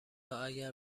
اگر